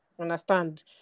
understand